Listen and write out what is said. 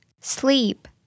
Sleep